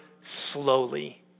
slowly